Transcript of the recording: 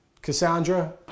Cassandra